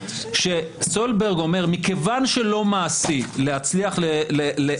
שסולברג אומר מכיוון שלא מעשי לדייק